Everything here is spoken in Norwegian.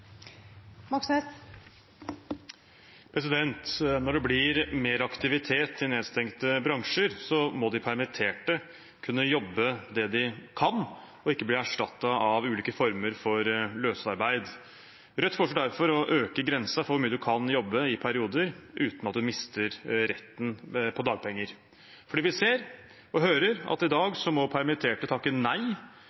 Når det blir mer aktivitet i nedstengte bransjer, må de permitterte kunne jobbe det de kan, og ikke bli erstattet av ulike former for løsarbeid. Rødt foreslår derfor å øke grensen for hvor mye man kan jobbe i perioder, uten at man mister retten på dagpenger, for vi ser og hører at i dag